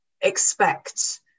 expect